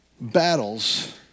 battles